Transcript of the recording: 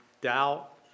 doubt